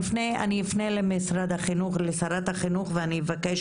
הוועדה תפנה למשרד החינוך ולשרת החינוך ואני אבקש